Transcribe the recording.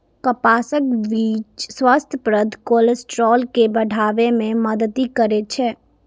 कपासक बीच स्वास्थ्यप्रद कोलेस्ट्रॉल के बढ़ाबै मे मदति करै छै